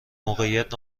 موقعیت